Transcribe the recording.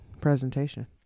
presentation